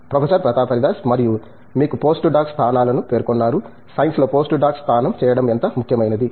professor Pratap Haridas మరియు మీరు postdoc స్థానాలను పేర్కొన్నారు సైన్స్లో పోస్ట్డాక్ స్థానం చేయడం ఎంత ముఖ్యమైనది